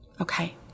Okay